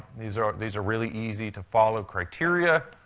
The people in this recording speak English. these are these are really easy-to-follow criteria.